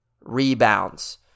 rebounds